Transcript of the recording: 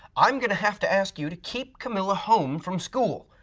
i am going to have to ask you to keep camilla home from school.